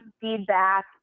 feedback